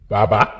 Baba